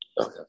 Okay